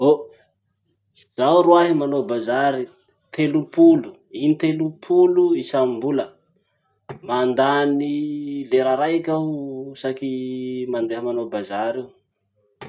Oh, zaho roahy manao bazary telopolo, intelopolo isambola. Mandany lera raiky aho isaky mandeha manao bazary.